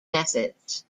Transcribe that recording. methods